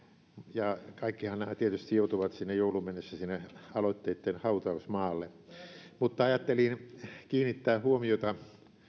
ja kaikkihan tietysti joutuvat jouluun mennessä sinne aloitteitten hautausmaalle ajattelin kiinnittää huomiota